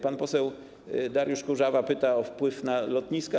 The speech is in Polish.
Pan poseł Dariusz Kurzawa pytał o wpływ na lotniska.